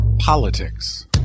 Politics